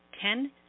Ten